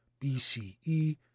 BCE